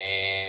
חשיבות רבה